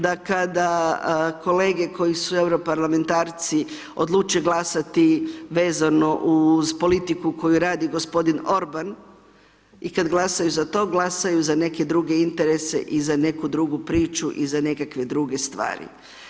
Da kada kolege koji su europarlamentarci, odluče glasati vezano uz politiku koju radi g. Orban i kada glasaju za to, glasaju za neke druge interese i za neku drugu priču i za nekakve druge stvari.